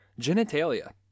genitalia